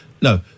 no